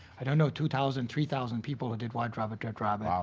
i don't know, two thousand, three thousand people who did white rabbit, red rabbit. um